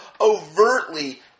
overtly